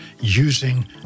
using